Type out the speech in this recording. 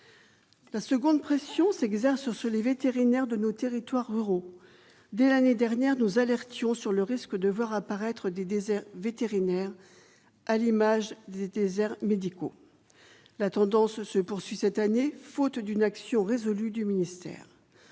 la seconde pression s'exerce sur ce les vétérinaires de nos territoires ruraux dès l'année dernière nous alertons sur le risque de voir apparaître des déserts, vétérinaire à l'image, ils étaient déserts médicaux, la tendance se poursuit cette année, faute d'une action résolue du ministère,